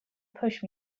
push